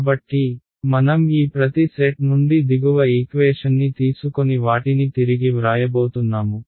కాబట్టి మనం ఈ ప్రతి సెట్ నుండి దిగువ ఈక్వేషన్ని తీసుకొని వాటిని తిరిగి వ్రాయబోతున్నాము